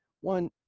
one